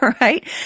right